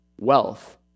Wealth